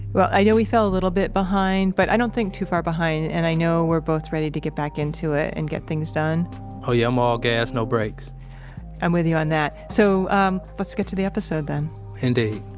well, i know we fell a little bit behind, but i don't think too far behind, and i know we're both ready to get back into it and get things done oh, yeah. i'm all gas, no breaks i'm with you on that. so, um, let's get to the episode then indeed